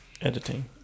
editing